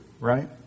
right